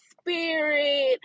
spirit